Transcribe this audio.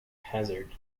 hazard